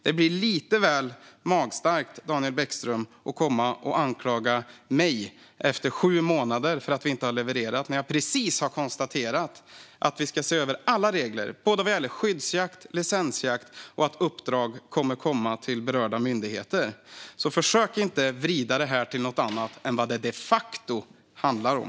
Det blir lite väl magstarkt, Daniel Bäckström, att komma och anklaga mig efter sju månader för att vi inte har levererat när jag precis har konstaterat att vi ska se över alla regler, både skyddsjakt och licensjakt, och att uppdrag kommer till berörda myndigheter. Försök inte att vrida detta till något annat än vad det de facto handlar om.